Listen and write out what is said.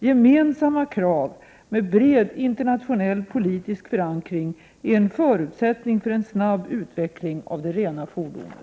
Gemensamma krav med bred internationell politisk förankring är en förutsättning för en snabb utveckling av det rena fordonet.